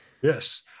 yes